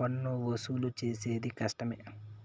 పన్నువసూలు చేసేది కష్టమే